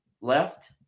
left